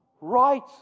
right